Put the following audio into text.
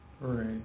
Right